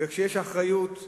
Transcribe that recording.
וכשיש אחריות,